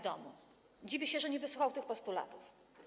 Dziwię się, że nie wysłuchał tych postulatów.